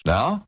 Now